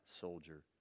soldier